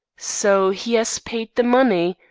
so he has paid the money!